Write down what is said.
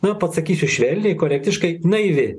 na pasakysiu švelniai korektiškai naivi